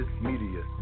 Media